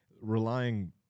relying